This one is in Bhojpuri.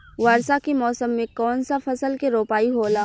वर्षा के मौसम में कौन सा फसल के रोपाई होला?